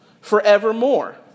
forevermore